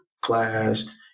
class